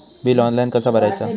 Bill online कसा भरायचा?